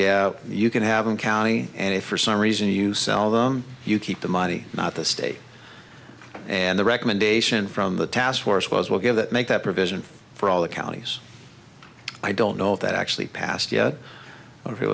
yeah you can have them county and if for some reason you sell them you keep the money not the state and the recommendation from the task force was will give that make that provision for all the counties i don't know if that actually passed yet or